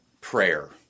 prayer